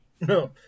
No